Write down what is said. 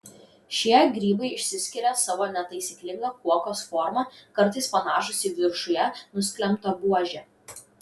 šie grybai išsiskiria savo netaisyklinga kuokos forma kartais panašūs į viršuje nusklembtą buožę